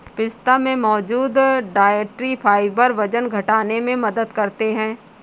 पिस्ता में मौजूद डायट्री फाइबर वजन घटाने में मदद करते है